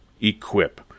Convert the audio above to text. Equip